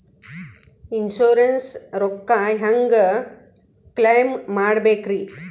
Insurance ರೊಕ್ಕ ಹೆಂಗ claim ಮಾಡ್ಬೇಕ್ರಿ?